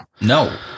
No